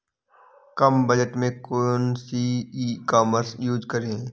कम budget में कौन सी ई कॉमर्स यूज़ करें?